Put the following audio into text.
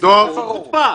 זאת פשוט חוצפה.